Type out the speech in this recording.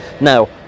Now